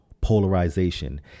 polarization